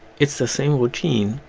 its the same routine,